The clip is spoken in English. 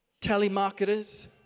telemarketers